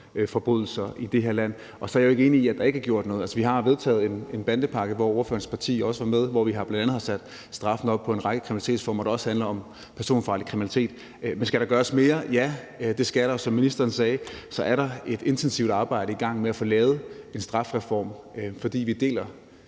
forbrydelser i det her land. Så er jeg jo ikke enig i, at der ikke er gjort noget. Altså, vi har vedtaget en bandepakke, hvor ordførerens parti også er med, og hvor vi bl.a. har sat straffen op for en række kriminalitetsformer, der også handler om personfarlig kriminalitet. Men skal der gøres mere? Ja, det skal der, og som ministeren sagde, er der et intensivt arbejde i gang med at få lavet en strafreform, fordi vi deler